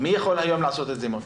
מי יכול היום לעשות את זה, מוטי?